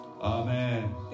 Amen